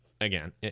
again